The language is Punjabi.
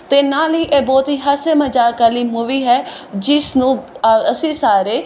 ਅਤੇ ਨਾਲ ਹੀ ਇਹ ਬਹੁਤ ਹੀ ਹਾਸੇ ਮਜ਼ਾਕ ਵਾਲੀ ਮੂਵੀ ਹੈ ਜਿਸ ਨੂੰ ਆ ਅਸੀਂ ਸਾਰੇ